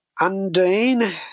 Undine